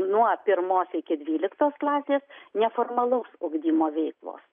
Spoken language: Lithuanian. nuo pirmos iki dvyliktos klasės neformalaus ugdymo veiklos